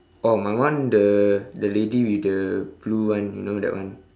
oh my one the the lady with the blue one you know that one